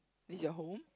this your home